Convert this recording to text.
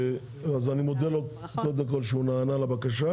אז אני מודה לו קודם כל שהוא נענה לבקשה